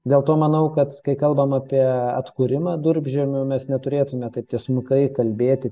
dėl to manau kad kai kalbam apie atkūrimą durpžemių mes neturėtume taip tiesmukai kalbėti